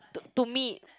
to to me